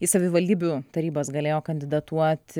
į savivaldybių tarybas galėjo kandidatuoti